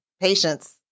patience